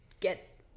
Get